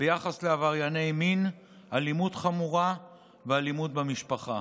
ביחס לעברייני מין, אלימות חמורה ואלימות במשפחה.